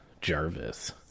Jarvis